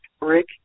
Rick